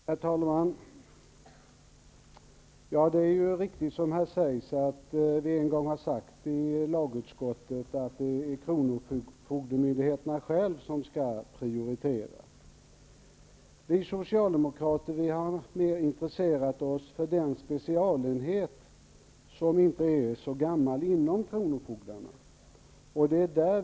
Herr talman! Det är riktigt, som här sägs, att vi en gång i lagutskottet har uttalat att det är kronofogdemyndigheterna själva som skall prioritera. Vi socialdemokrater har mer intresserat oss för de ganska nyinrättade specialindrivningsenheterna inom kronofogdemyndigheterna.